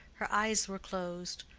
her eyes were closed,